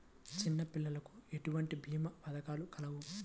చిన్నపిల్లలకు ఎటువంటి భీమా పథకాలు కలవు?